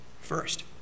First